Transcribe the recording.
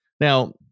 Now